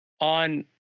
on